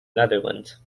netherlands